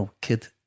kid